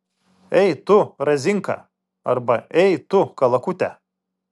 ei tu razinka arba ei tu kalakute